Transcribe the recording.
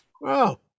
Wow